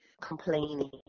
complaining